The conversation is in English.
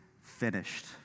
finished